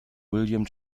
william